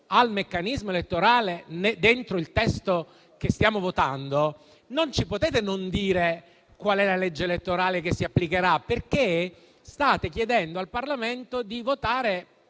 al meccanismo elettorale dentro il testo che stiamo votando, non ci potete non dire quale sarà la legge elettorale che si applicherà, perché state chiedendo al Parlamento di votare